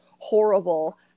horrible